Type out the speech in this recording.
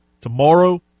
tomorrow